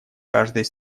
каждой